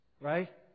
Right